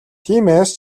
тиймээс